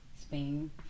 spain